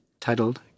titled